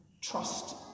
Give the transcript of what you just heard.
trust